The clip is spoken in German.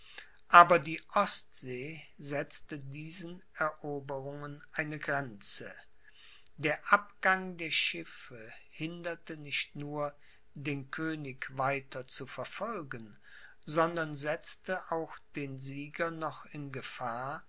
aber die ostsee setzte diesen eroberungen eine grenze der abgang der schiffe hinderte nicht nur den könig weiter zu verfolgen sondern setzte auch den sieger noch in gefahr